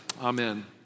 Amen